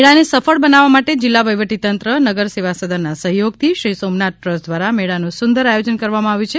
મેળાને સફળ બનાવવા જિલ્લા વહીવટી તંત્ર નગરસેવાસદનના સહયોગથી શ્રી સોમનાથ ટ્રસ્ટ દ્વારા મેળાનું સુંદર આયોજન કરવામાં આવ્યું છે